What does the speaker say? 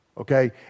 Okay